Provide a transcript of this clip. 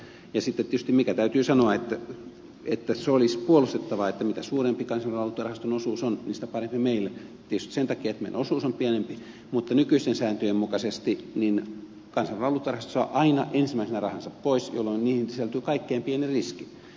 sitten tietysti mikä täytyy sanoa se olisi puolustettavaa että mitä suurempi kansainvälisen valuuttarahaston osuus on sitä parempi meille tietysti sen takia että meidän osuutemme on pienempi mutta nykyisten sääntöjen mukaisesti kansainvälinen valuuttarahasto saa aina ensimmäisenä rahansa pois jolloin niihin sisältyy kaikkein pienin riski